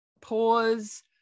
pause